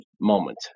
moment